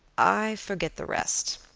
i forget the rest.